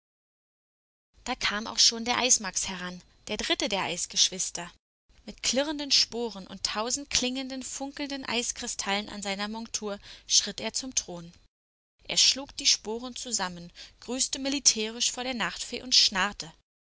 da kam auch schon der eismax heran der dritte der eisgeschwister mit klirrenden sporen und tausend klingenden funkelnden eiskristallen an seiner montur schritt er zum thron er schlug die sporen zusammen grüßte militärisch vor der nachtfee und schnarrte